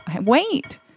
wait